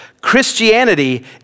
Christianity